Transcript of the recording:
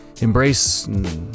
embrace